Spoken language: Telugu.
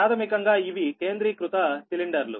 ప్రాథమికంగా ఇవి కేంద్రీకృత సిలిండర్లు